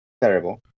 terrible